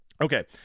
Okay